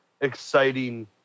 exciting